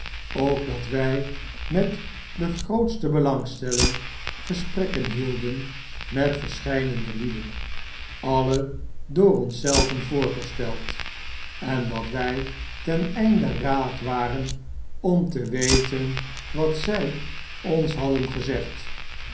ook dat wjj met de grootstebelangstellinggesprekken hielden met verscheidene lieden alle door ons zelven voorgesteld en dat wij ten einde raad waren om te weten wat zij ons hadden gezegd